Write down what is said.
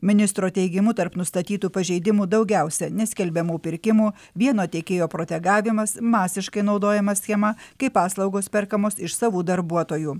ministro teigimu tarp nustatytų pažeidimų daugiausia neskelbiamų pirkimų vieno tiekėjo protegavimas masiškai naudojama schema kai paslaugos perkamos iš savų darbuotojų